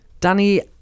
danny